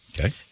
Okay